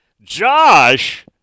Josh